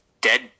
dead